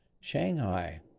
Shanghai